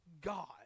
God